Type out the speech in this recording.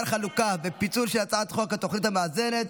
חלוקה ופיצול של הצעת חוק התוכנית המאזנת